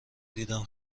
دیدم